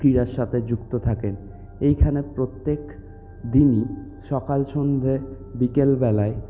ক্রীড়ার সাথে যুক্ত থাকে এইখানে প্রত্যেক দিনই সকাল সন্ধ্যে বিকেলবেলায়